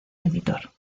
editor